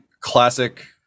classic